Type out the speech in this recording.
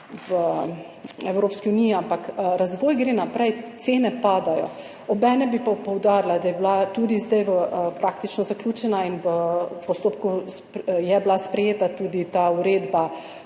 v Evropski uniji, ampak razvoj gre naprej, cene padajo. Obenem bi pa poudarila, da je bila tudi zdaj praktično zaključena in v postopku sprejeta tudi ta uredba